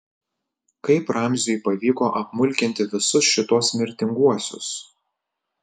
kaip ramziui pavyko apmulkinti visus šituos mirtinguosius